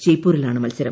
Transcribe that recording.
ജയ്പൂരിലാണ് മത്സരം